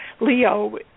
Leo